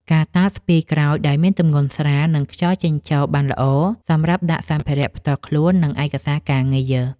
កាតាបស្ពាយក្រោយដែលមានទម្ងន់ស្រាល និងខ្យល់ចេញចូលបានល្អ សម្រាប់ដាក់សម្ភារៈផ្ទាល់ខ្លួន និងឯកសារការងារ។